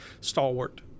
stalwart